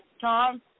Tom